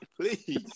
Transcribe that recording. please